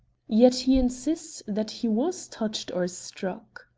yet he insists that he was touched or struck.